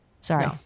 Sorry